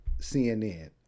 cnn